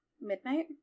Midnight